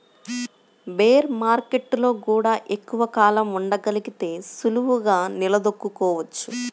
bear మార్కెట్టులో గూడా ఎక్కువ కాలం ఉండగలిగితే సులువుగా నిలదొక్కుకోవచ్చు